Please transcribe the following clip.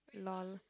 lol